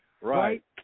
Right